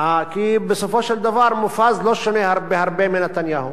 כי בסופו של דבר, מופז לא שונה הרבה מנתניהו.